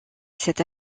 cette